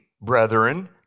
brethren